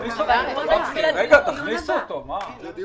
צריך לתת